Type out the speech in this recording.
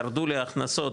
ירדו לי הכנסות,